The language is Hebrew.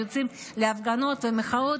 יוצאים להפגנות ומחאות,